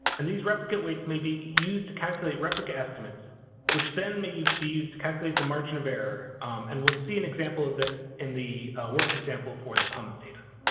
and these replicate weights may be used to calculate replicate estimates which then may be used to calculate the margin of error and we'll see an example of this in the worked example for the pums data.